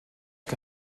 que